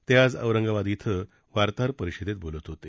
ते आज औरंगाबाद श्री वार्ताहर परिषदेत बोलत होते